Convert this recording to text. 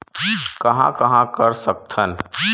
कहां कहां कर सकथन?